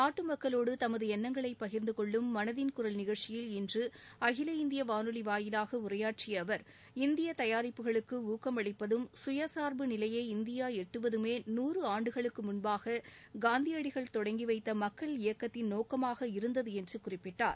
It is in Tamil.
நாட்டு மக்களோடு தமது எண்ணங்களை பகிர்ந்தகொள்ளும் மனதின் குரல் நிகழ்ச்சியில் இன்று அகில இந்திய வானொலி வாயிலாக உரையாற்றிய அவர் இந்திய தயாரிப்புகளுக்கு ஊக்கமளிப்பதும் சுயசார்பு நிலையை இந்தியா எட்டுவதுமே நூறு ஆண்டுகளுக்கு முன்பாக காந்தியடிகள் தொடங்கி வைத்த மக்கள் இயக்கத்தின் நோக்கமாக இருந்தது என்று குறிப்பிட்டார்